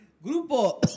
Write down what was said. Grupo